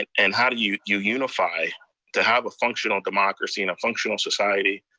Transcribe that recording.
and and how do you you unify to have a functional democracy and a functional society?